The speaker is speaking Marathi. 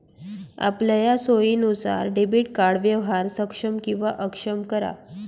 आपलया सोयीनुसार डेबिट कार्ड व्यवहार सक्षम किंवा अक्षम करा